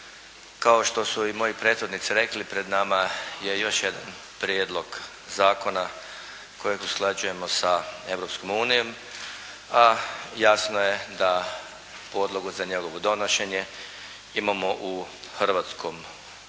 Kao što su i moji prethodnici rekli pred nama je i još jedan prijedlog zakona kojeg usklađujemo sa Europskom unijom, a jasno je da podlogu za njegovo donošenje imamo u hrvatskom Ustavu